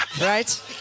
Right